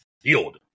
field